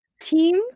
Teams